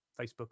Facebook